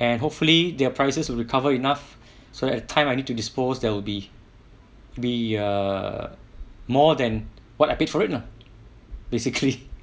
and hopefully their prices will recover enough so that time I need to dispose there will be be err more than what I paid for it lah basically